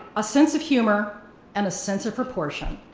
a sense of humor and a sense of proportion.